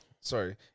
Sorry